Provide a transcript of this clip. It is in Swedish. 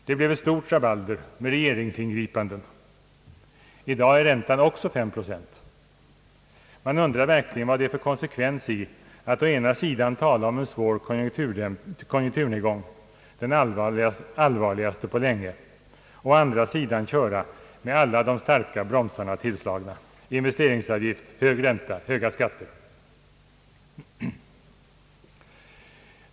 Det blev stort rabalder med regeringsingripanden. I dag är räntan också 5 procent. Man undrar verkligen vad det är för konsekvens i att å ena sidan tala om en svår konjunkturnedgång, den allvarligaste på länge, och å andra sidan köra med alla de starka bromsarna tillslagna — investeringsavgift, hög ränta, höga skatter.